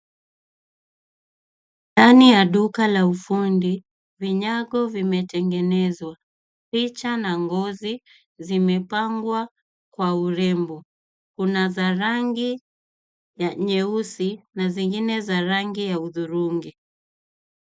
Ndani ya duka la ufundi, vinyago vimetengenezwa. Picha na ngozi zimepangwa kwa urembo. Kuna za rangi nyeusi na zingine za rangi ya hudhurungi.